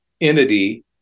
entity